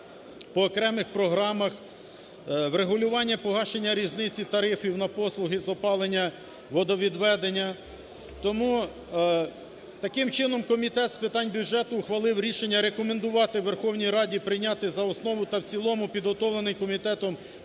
по окремих програмах, врегулювання погашення різниці тарифів на послуги з опалення, водовідведення. Тому, таким чином, Комітет з питань бюджету ухвалив рішення рекомендувати Верховній Раді прийняти за основу та в цілому підготовлений комітетом